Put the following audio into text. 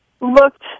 looked